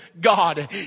God